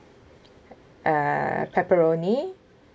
uh pepperoni